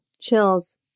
chills